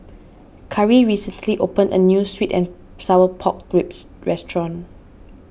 Cari recently opened a New Sweet and Sour Pork Ribs Restaurant